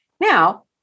Now